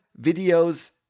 videos